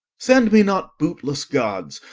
send me not bootless, gods,